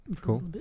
cool